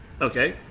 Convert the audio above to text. Okay